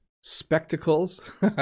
Spectacles